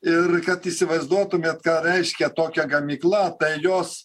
ir kad įsivaizduotumėt ką reiškia tokia gamykla tai jos